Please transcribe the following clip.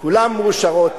כולן מאושרות,